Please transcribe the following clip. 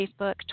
Facebook